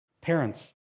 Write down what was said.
Parents